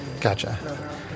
Gotcha